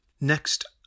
Next